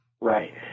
Right